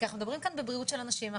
כי אנחנו מדברים בבריאות של אנשים,